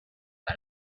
but